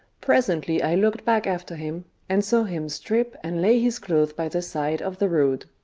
presently i looked back after him, and saw him strip and lay his clothes by the side of the road.